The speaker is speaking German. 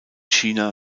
china